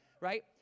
right